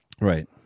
Right